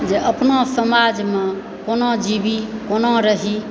जे अपना समाजमे कोना जीवी कोना रही